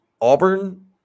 Auburn